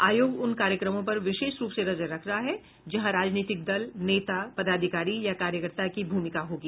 आयोग उन कार्यक्रमों पर विशेष रूप से नजर रख रहा है जहां राजनीतिक दल नेता पदाधिकारी या कार्यकर्ता की भूमिका होगी